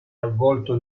avvolto